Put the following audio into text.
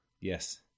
Yes